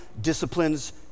disciplines